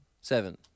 seven